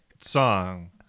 song